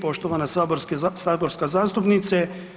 Poštovana saborska zastupnice.